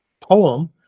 poem